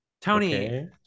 Tony